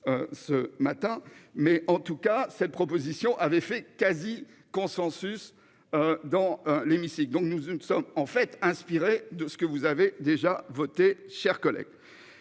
Ce matin, mais en tout cas cette proposition avait fait quasi-consensus. Dans l'hémicycle. Donc, nous, une somme en fait. Inspiré de ce que vous avez déjà voté, chers collègues.